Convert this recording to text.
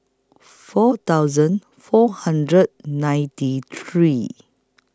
four thousand four hundred ninety three